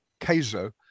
Caso